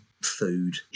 food